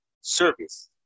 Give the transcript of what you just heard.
service